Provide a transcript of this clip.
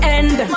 end